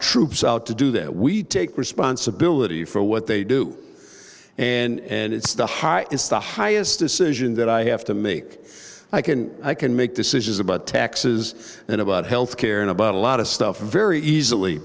troops out to do that we take responsibility for what they do and it's the high it's the highest decision that i have to make i can i can make decisions about taxes and about health care and about a lot of stuff very easily